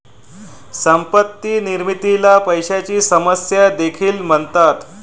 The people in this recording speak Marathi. संपत्ती निर्मितीला पैशाची समस्या देखील म्हणतात